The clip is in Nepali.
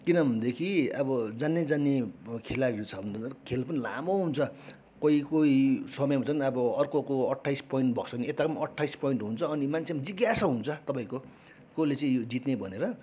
किनभनेदेखि अब जान्ने जान्ने खेलाडीहरू छ भने त खेल पनि लामो हुन्छ कोही कोही समय हुन्छ नि त अब अर्कोको अट्ठाइस पोइन्ट भएको छ भने यताको नि अट्ठाइस पोइन्ट हुन्छ अनि मान्छेमा पनि जिज्ञासा हुन्छ तपाईँको कसले चाहिँ यो जित्ने भनेर